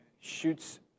shoots